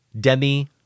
Demi